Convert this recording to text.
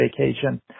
vacation